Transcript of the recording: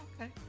okay